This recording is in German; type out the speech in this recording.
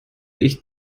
ich